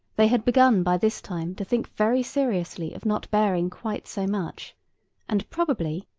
they had begun by this time to think very seriously of not bearing quite so much and, probably,